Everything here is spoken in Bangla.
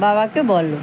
বাবাকে বলো